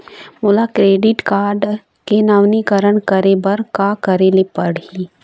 मोला क्रेडिट के नवीनीकरण करे बर का करे ले पड़ही?